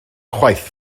chwaith